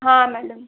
हाँ मैडम